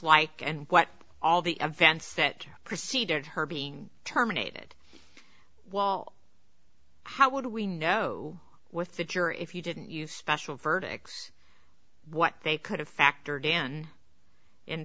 like and what all the events that preceded her being terminated while how would we know with the jury if you didn't use special verdicts what they could have factored in in